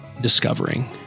discovering